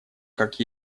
как